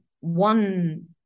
one